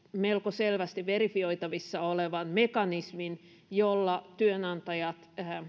melko selvästi verifioitavissa olevan mekanismin jolla työnantajat